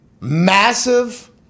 massive